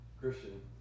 Christian